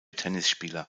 tennisspieler